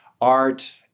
art